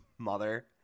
mother